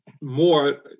more